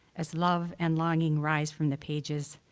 as love and longing rise from the pages,